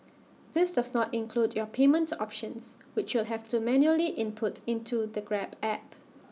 this does not include your payment options which you'll have to manually input into the grab app